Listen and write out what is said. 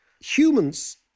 humans